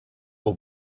will